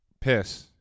piss